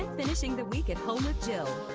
fishing the week at home with jill.